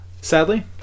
Sadly